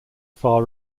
far